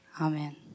Amen